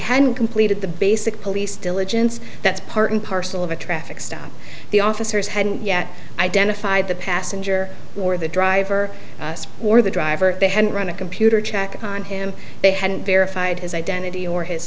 hadn't completed the basic police diligence that's part and parcel of a traffic stop the officers hadn't yet identified the passenger or the driver or the driver they had run a computer check on him they hadn't verified his identity or his